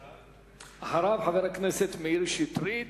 אחריו, חבר הכנסת מאיר שטרית,